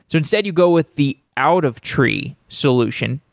so instead you go with the out of tree solution.